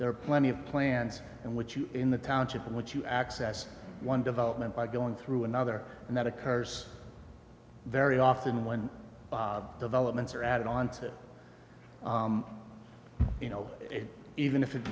there are plenty of plans and what you in the township and what you access one development by going through another and that occurs very often when developments are added on to you know even if it